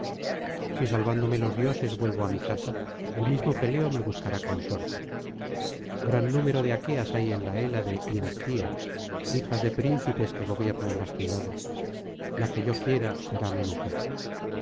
si salvándome los dioses vuelvo á mi casa el mismo peleo me buscará consorte gran número de aqueas hay en la hélade y en ptía hijas de príncipes que gobiernan las ciudades la que yo quiera será mi mujer